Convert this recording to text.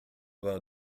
vingt